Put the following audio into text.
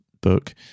book